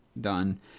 done